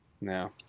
No